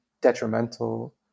detrimental